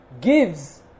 gives